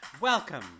Welcome